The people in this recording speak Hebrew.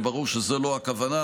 וברור שזו לא הכוונה,